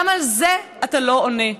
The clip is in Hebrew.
גם על זה אתה לא עונה.